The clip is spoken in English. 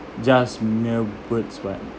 just mere words right